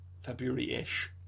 February-ish